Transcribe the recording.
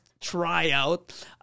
tryout